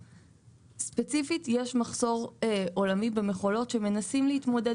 ספציפית יש מחסור עולמי במכולות שמנסים להתמודד